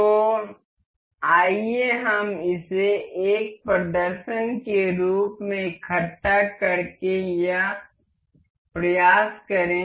तो आइए हम इसे एक प्रदर्शन के रूप में इकट्ठा करने का प्रयास करें